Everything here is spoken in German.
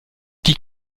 die